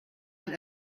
and